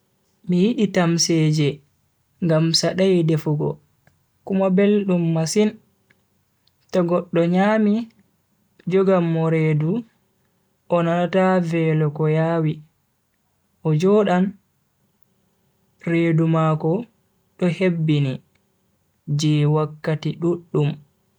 Mi yidi tamseeje ngam sadai defuugo kuma beldum masin to goddo nyami jogan mo redu o nanata velo ko yawi o jodan redu mako do hebbini je wakkati duddum.